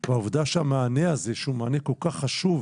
העובדה שהמענה הזה, שהוא מענה כל כך חשוב